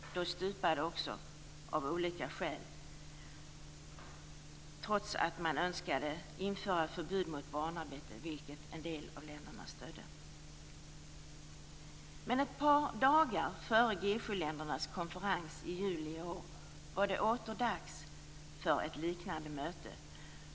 Också det stupade av olika skäl, trots att man önskade införa förbud mot barnarbete, vilket en del av länderna stödde. Ett par dagar före G 7-ländernas konferens i juli i år var det åter dags för ett liknande möte.